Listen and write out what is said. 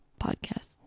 podcast